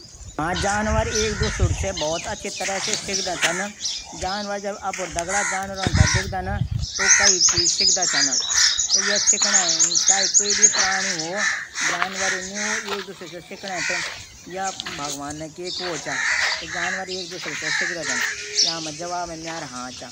हाँ जानवर एक दूशरू शे सिखदा छन। जानवर जब अपड दगडा जानवरों थै दिखदा छन। जानवर भी भी एक दूसरे देखी बहुत कुछ सिखदा छःन।